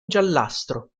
giallastro